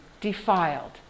defiled